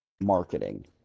marketing